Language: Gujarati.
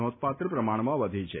નોંધપાત્ર પ્રમાણમાં વધી છે